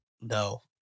No